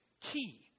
key